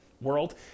world